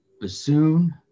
bassoon